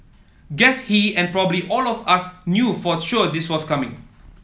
guess he and probably all of us knew for sure this was coming